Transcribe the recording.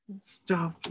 stop